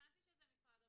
הבנתי שזה משרד הבריאות.